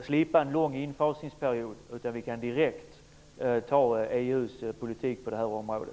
slippa en lång infasningsperiod. Vi kan då direkt anta EU:s politik på detta område.